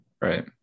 right